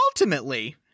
ultimately